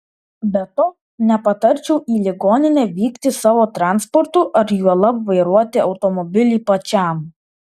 be to nepatarčiau į ligoninę vykti savo transportu ar juolab vairuoti automobilį pačiam